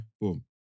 boom